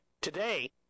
Today